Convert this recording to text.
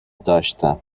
داشتم